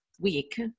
week